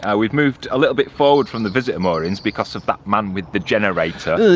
and we've moved a little bit forward from the visit moorings because of that man with the generator.